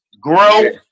grow